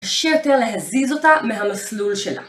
קשה יותר להזיז אותה מהמסלול שלה